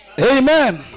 Amen